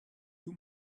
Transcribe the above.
too